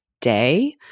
day